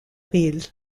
risle